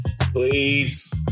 Please